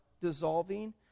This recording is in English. dissolving